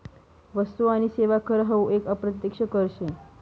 वस्तु आणि सेवा कर हावू एक अप्रत्यक्ष कर शे